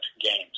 games